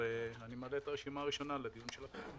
אני מעלה את הרשימה הראשונה לדיון שלכם,